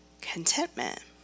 contentment